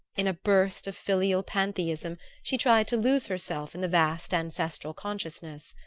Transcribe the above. in a burst of filial pantheism she tried to lose herself in the vast ancestral consciousness.